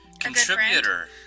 contributor